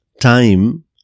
time